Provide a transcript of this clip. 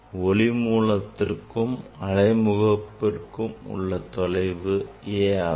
ஒளி மூலத்திற்கும் அலை முகப்புக்கும் உள்ள தொலைவு a ஆகும்